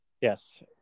Yes